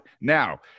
Now